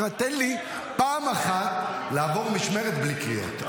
תן לי פעם אחת לעבור משמרת בלי קריאות.